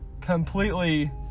completely